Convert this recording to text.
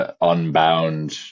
unbound